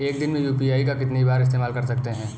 एक दिन में यू.पी.आई का कितनी बार इस्तेमाल कर सकते हैं?